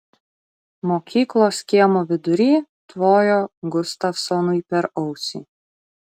mokyklos kiemo vidury tvojo gustavsonui per ausį